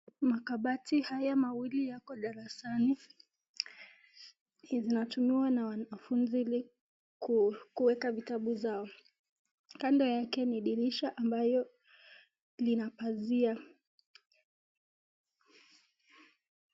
Makabati haya mawili yako darasani. inatumiwa na wanafunzi ili kuweka vitabu zao . kando yake ni dirisha ambayo lina basia ...